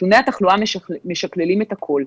נתוני תחלואה משקללים את הכול.